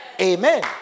Amen